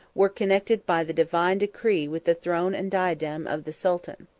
were connected by the divine decree with the throne and diadem of the sultan.